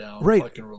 Right